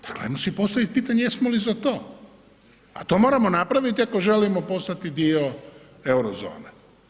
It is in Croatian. Dakle ajmo si postaviti pitanje jesmo li za to a to moramo napraviti ako želimo postati dio Eurozone.